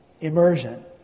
immersion